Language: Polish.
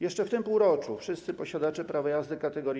Jeszcze w tym półroczu wszyscy posiadacze prawa jazdy kat.